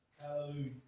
Hallelujah